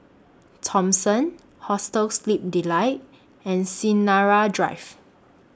Thomson Hostel Sleep Delight and Sinaran Drive